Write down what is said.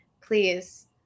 please